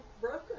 broken